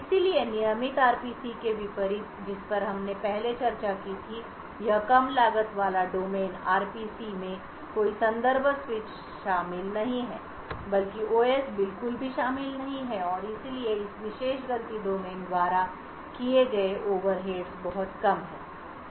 इसलिए नियमित RPC के विपरीत जिस पर हमने पहले चर्चा की थी कि यह कम लागत वाला डोमेन RPC में कोई संदर्भ स्विच शामिल नहीं है बल्कि OS बिल्कुल भी शामिल नहीं है और इसलिए इस विशेष गलती डोमेन द्वारा किए गए ओवरहेड्स बहुत कम हैं